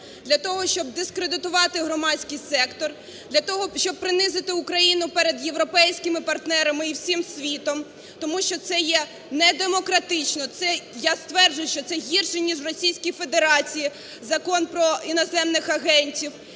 Для того, щоб дискредитувати громадський сектор, для того, щоб принизити Україну перед європейськими партнерами і всім світом. Тому що це є недемократично, це, я стверджую, що це гірше ніж в Російській Федерації – Закон про іноземних агентів.